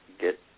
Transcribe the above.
get